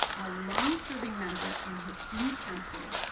a long-serving member on his student council,